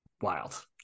wild